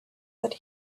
that